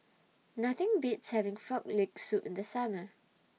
Nothing Beats having Frog Leg Soup in The Summer